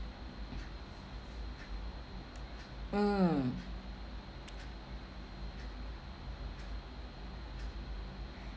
mm